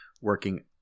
working